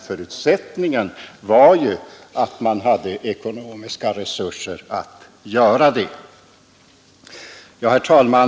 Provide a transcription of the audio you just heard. Förutsättningen var emellertid även för herr Mundebo att man hade ekonomiska resurser att göra det. Herr talman!